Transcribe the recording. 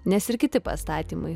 nes ir kiti pastatymai